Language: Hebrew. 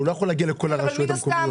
הוא לא יכול להגיע לכל הרשויות המקומיות.